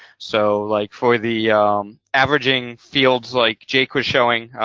so, like, for the averaging fields like jake was showing,